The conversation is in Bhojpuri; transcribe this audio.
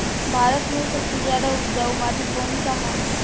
भारत मे सबसे ज्यादा उपजाऊ माटी कउन सा ह?